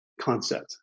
concept